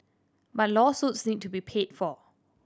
but lawsuits need to be paid for